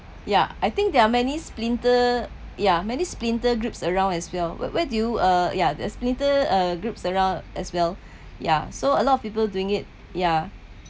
yeah I think there are many splinter ya many splinter groups around as well where where do you uh yeah there's splinter uh groups around as well ya so a lot of people doing it yeah